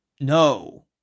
No